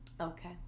Okay